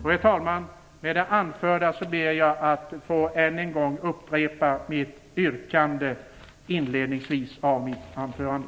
Herr talman! Med det anförda ber jag att än en gång få upprepa mitt yrkande från inledningen av mitt anförande.